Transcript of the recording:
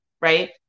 right